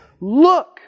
Look